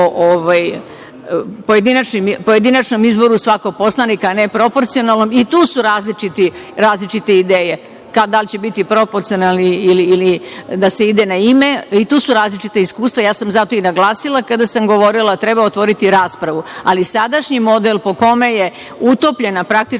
pojedinačnom izboru svakog poslanika, a ne proporcionalno. I tu su različite ideje, da li će biti proporcionalno ili da se ide na ime. I tu su različita iskustva. Ja sam zato i naglasila kada sam govorila, treba otvoriti raspravu. Sadašnji model, po kome je, praktično,